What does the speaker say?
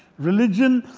religion,